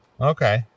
Okay